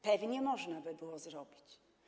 Pewnie można by było zrobić.